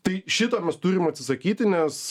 tai šito mes turim atsisakyti nes